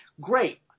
Great